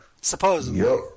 Supposedly